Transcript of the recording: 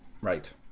right